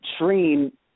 train